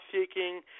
seeking